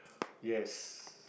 yes